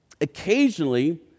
Occasionally